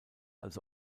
also